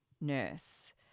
nurse